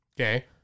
Okay